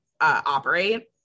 operate